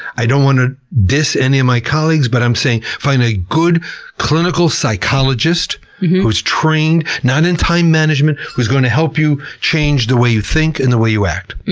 i don't want to diss any of my colleagues, but i'm saying find a good clinical psychologist who's trained, not in time management, who's going to help you change the way you think and the way you act.